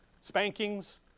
spankings